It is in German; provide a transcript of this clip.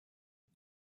und